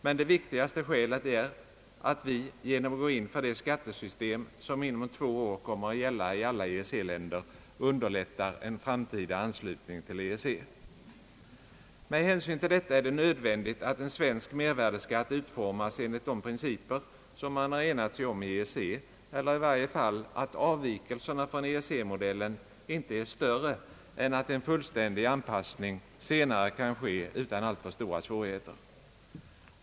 Men det viktigaste skälet är att vi genom att gå in för det skattesystem som inom två år kommer att gälla i alla EEC-länder underlättar en framtida anslutning till EEC. Med hänsyn till detta är det nödvändigt att en svensk mervärdeskatt utformas enligt de principer som man har enat sig om i EEC, eller i varje fall att avvikelserna från EEC-modellen inte är större än att en fullständig anpassning senare kan ske utan alltför stora svårigheter.